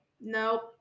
Nope